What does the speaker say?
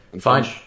Fine